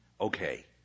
Okay